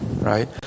right